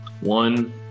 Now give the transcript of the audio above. One